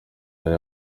hari